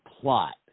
plot